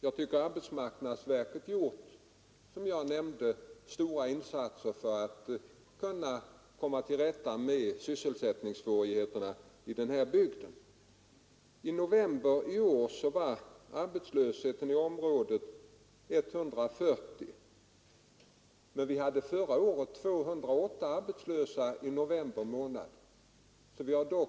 Jag tycker att arbetsmarknadsverket har gjort stora insatser för att komma till rätta med sysselsättningssvårigheterna i denna bygd. I november i år var arbetslösheten i området 140 personer, men i november förra året fanns 208 arbetslösa, så vi har